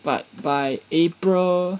but by april